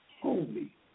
holy